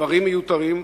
דברים מיותרים,